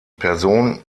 person